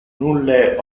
nulle